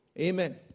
Amen